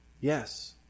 Yes